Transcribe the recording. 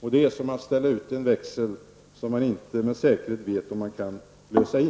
Det är som att ställa ut en växel som man inte med säkerhet kan veta om den går att lösa in.